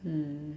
mm